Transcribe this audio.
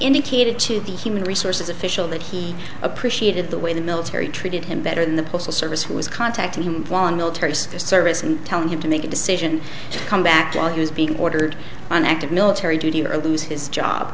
indicated to the human resources official that he appreciated the way the military treated him better than the postal service was contacting him on military service and telling him to make a decision to come back to you is being ordered on active military duty or lose his job